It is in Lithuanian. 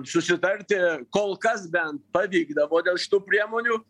susitarti kol kas bent pavykdavo dėl šitų priemonių